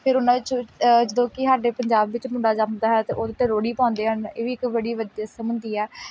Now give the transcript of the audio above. ਫਿਰ ਉਹਨਾਂ ਵਿੱਚੋਂ ਜਦੋਂ ਕਿ ਸਾਡੇ ਪੰਜਾਬ ਵਿੱਚ ਮੁੰਡਾ ਜੰਮਦਾ ਹੈ ਤਾਂ ਉਹ 'ਤੇ ਲੋਹੜੀ ਪਾਉਂਦੇ ਹਨ ਇਹ ਵੀ ਇੱਕ ਬੜੀ ਵਧੀਆ ਰਸਮ ਹੁੰਦੀ ਹੈ